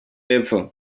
y’epfo